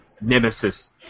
nemesis